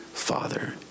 Father